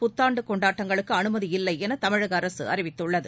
புத்தாண்டு கொண்டாட்டங்களுக்கு அனுமதியில்லை என தமிழக அரசு அறிவித்துள்ளது